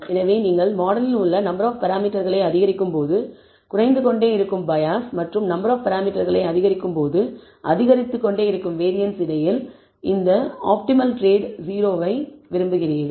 எனவே நீங்கள் மாடலில் உள்ள நம்பர் ஆப் பராமீட்டர்களை அதிகரிக்கும்போது குறைந்து கொண்டே இருக்கும் பயாஸ் மற்றும் நம்பர் ஆப் பராமீட்டர்களை அதிகரிக்கும்போது அதிகரித்துக்கொண்டே இருக்கும் வேரியன்ஸ் இடையில் இந்த ஆப்டிமல் டிரேடு o வை விரும்புகிறீர்கள்